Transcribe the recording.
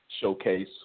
showcase